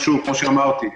כמו שאמרתי,